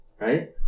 right